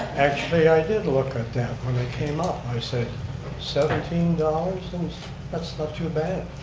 actually i did look at that when came up, i said seventeen dollars, that's not too bad.